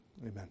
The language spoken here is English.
amen